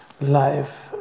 life